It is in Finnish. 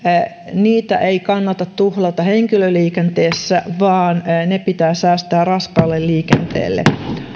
niitä ei kannata tuhlata henkilöliikenteessä vaan ne pitää säästää raskaalle liikenteelle edustaja